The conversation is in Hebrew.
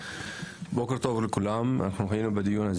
בוקר טוב לכולם, היינו בדיון על